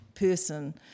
person